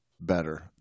better